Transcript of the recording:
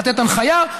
לתת הנחיה.